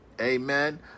Amen